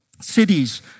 cities